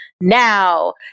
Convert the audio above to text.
now